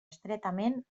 estretament